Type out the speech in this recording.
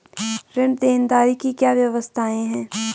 ऋण देनदारी की क्या क्या व्यवस्थाएँ हैं?